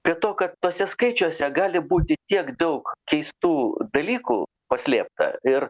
prie to kad tuose skaičiuose gali būti tiek daug keistų dalykų paslėpta ir